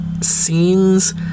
scenes